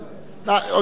בסדר.